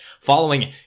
Following